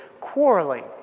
quarreling